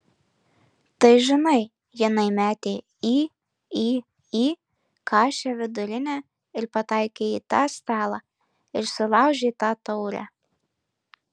tai žinai jinai mėtė į į į kašę vidurinę ir pataikė į tą stalą ir sulaužė tą taurę